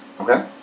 Okay